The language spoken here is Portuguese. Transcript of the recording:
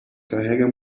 carrega